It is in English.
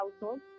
household